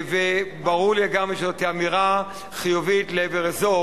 ברור לי לגמרי שזאת אמירה חיובית לעבר אזור